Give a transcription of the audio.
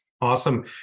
Awesome